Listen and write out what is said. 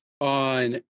on